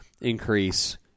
increase